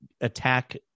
attack